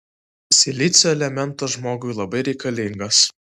silicio elementas žmogui labai reikalingas